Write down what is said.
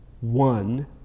one